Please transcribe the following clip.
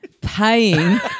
Paying